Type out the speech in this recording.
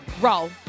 Roll